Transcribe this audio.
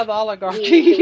oligarchy